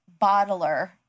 bottler